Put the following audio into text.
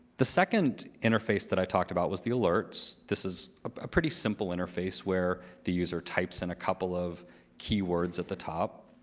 the second interface that i talked about was the alerts. this is a pretty simple interface where the user types in a couple of keywords at the top.